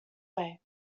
way